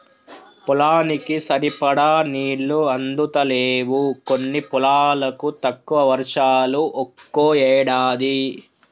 పొలానికి సరిపడా నీళ్లు అందుతలేవు కొన్ని పొలాలకు, తక్కువ వర్షాలు ఒక్కో ఏడాది